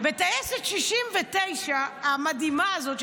וטייסת 69 המדהימה הזאת,